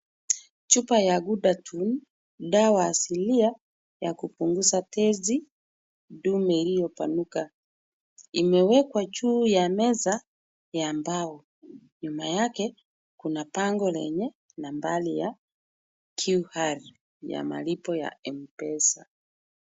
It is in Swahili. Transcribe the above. Chupa ya gudatune, dawa asilia ya kupunguza tezi dume iliyopanuka. Imewekwa juu ya meza ya mbao. Nyuma yake kuna bango lenye nambari ya Qr ya malipo ya M-Pesa.